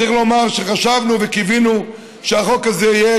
צריך לומר שחשבנו וקיווינו שהחוק הזה יהיה,